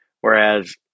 whereas –